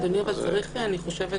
אדוני, אני חושבת